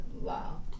Wow